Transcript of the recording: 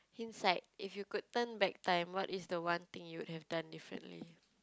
inside if you could turn back time what is the one thing you would have done differently